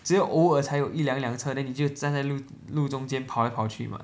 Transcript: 只有偶尔才有一辆一辆车 then 你就站在路路中间跑来跑去 [what]